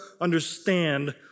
understand